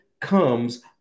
comes